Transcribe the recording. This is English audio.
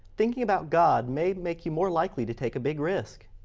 thinking about god may make you more likely to take a big risk.